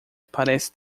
parece